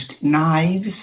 knives